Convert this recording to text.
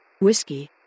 whiskey